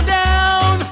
down